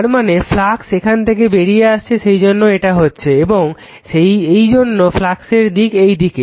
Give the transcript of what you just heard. তারমানে ফ্লাক্স এখান থেকে বেরিয়ে আসছে সেইজন্য এটা হচ্ছে এবং এইজন্য ফ্লাক্সের দিক এইদিকে